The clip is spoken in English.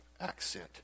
accent